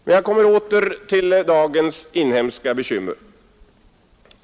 Men jag kommer åter till dagens inhemska bekymmer.